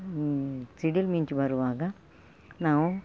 ಸಿಡಿಲು ಮಿಂಚು ಬರುವಾಗ ನಾವು